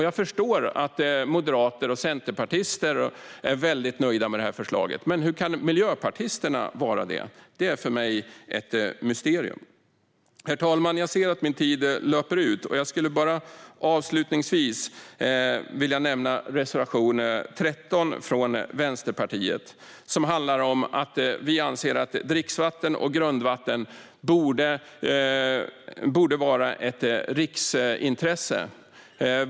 Jag förstår att moderater och centerpartister är väldigt nöjda med förslaget. Men hur kan miljöpartisterna vara det? Det är för mig ett mysterium. Herr talman! Jag ser att min talartid löper ut. Jag skulle bara avslutningsvis vilja nämna reservation 13 från Vänsterpartiet, som handlar om att vi anser att dricksvatten och grundvatten borde vara riksintressen.